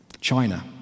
China